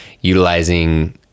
utilizing